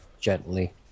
gently